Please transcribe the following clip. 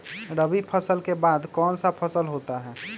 रवि फसल के बाद कौन सा फसल होता है?